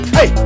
Hey